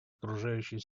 окружающей